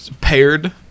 paired